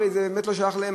הרי זה באמת לא שייך להם.